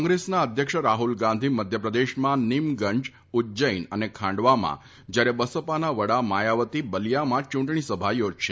કોંગ્રેસના અધ્યક્ષ રાહુલ ગાંધી મધ્યપ્રદેશમાં નિમગંજ ઉજજૈન અને ખાંડવામાં જ્યારે બસપાના વડા માયાવતી બલીયામાં ચૂંટણી સભા યોજશે